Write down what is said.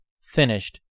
finished